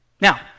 Now